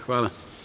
Hvala.